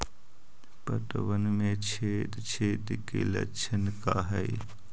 पतबन में छेद छेद के लक्षण का हइ?